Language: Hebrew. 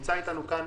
נמצא אתנו כאן